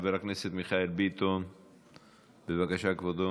חבר הכנסת מיכאל ביטון, בבקשה, כבודו.